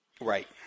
Right